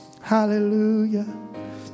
hallelujah